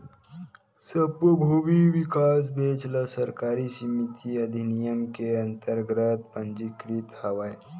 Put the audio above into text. सब्बो भूमि बिकास बेंक ह सहकारी समिति अधिनियम के अंतरगत पंजीकृत हवय